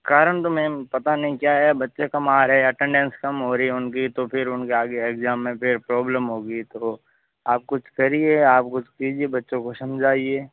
कारण तो मैम पता नहीं क्या है बच्चे कम आ रहे हैं अटेन्डन्स कम हो रही है उनकी तो फिर उनके आगे इग्जाम में फिर प्रॉबलम होगी तो आप कुछ करिए आप कुछ कीजिए बच्चों को समझाइए